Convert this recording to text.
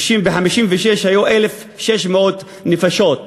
ב-1956 היו שם 1,600 נפשות.